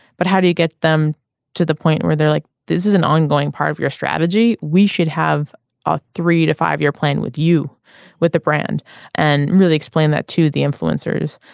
but how do you get them to the point where they're like this is an ongoing part of your strategy. we should have a three to five year plan with you with the brand and really explain that to the influencers.